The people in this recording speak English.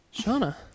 Shauna